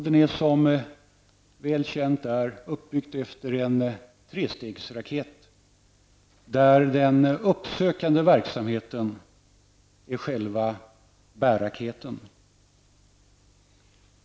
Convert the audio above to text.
Den är, som väl känt är, uppbyggd efter en trestegsraket, där den uppsökande verksamheten är själva bärraketen.